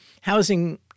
Housing